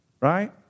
Right